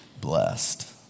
blessed